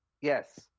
Yes